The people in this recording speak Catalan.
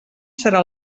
serà